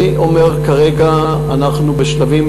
אני אומר כרגע: אנחנו בשלבים,